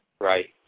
Right